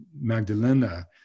Magdalena